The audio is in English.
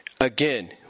Again